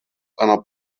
einer